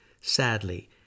Sadly